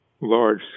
large